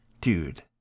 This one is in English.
dude